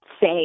say